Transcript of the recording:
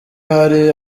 hari